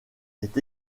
est